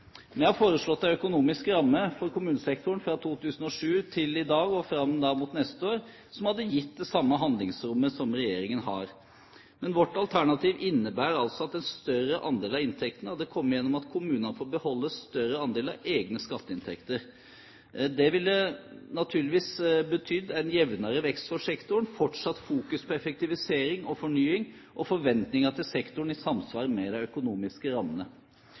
Vi har foreslått en økonomisk ramme for kommunesektoren fra 2007 til i dag og fram mot neste år som hadde gitt det samme handlingsrommet som regjeringen har. Men vårt alternativ innebærer altså at en større andel av inntektene hadde kommet ved at kommunene hadde fått beholde en større andel av egne skatteinntekter. Det ville naturligvis betydd en jevnere vekst for sektoren, fortsatt fokus på effektivisering og fornying og forventninger til sektoren i samsvar med de økonomiske rammene.